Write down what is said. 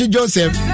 Joseph